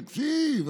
תקשיב,